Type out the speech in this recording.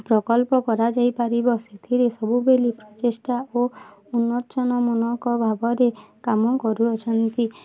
ପ୍ରକଳ୍ପ କରାଯାଇପାରିବ ସେଥିରେ ସବୁବେଳେ ପ୍ରଚେଷ୍ଟା ଓ ଉନ୍ମୋଚନ ମାନଙ୍କ ଭାବରେ କାମ କରୁଅଛନ୍ତି